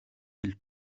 хэл